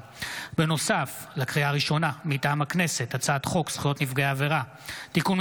הצעת חוק עבודת נשים (תיקון,